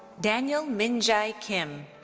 daniel minjae kim.